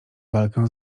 walkę